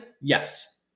Yes